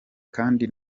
kandi